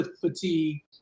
fatigue